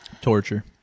Torture